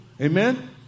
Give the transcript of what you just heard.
Amen